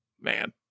man